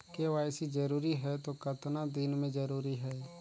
KYC जरूरी हे तो कतना दिन मे जरूरी है?